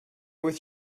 with